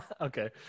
Okay